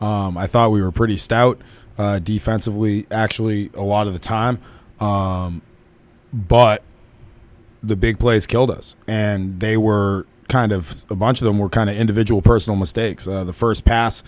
t i thought we were pretty stout defensively actually a lot of the time but the big plays killed us and they were kind of a bunch of them were kind of individual personal mistakes the first pass